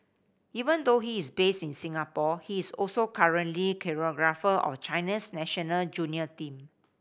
even though he is based in Singapore he is also currently choreographer of China's national junior team